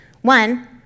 One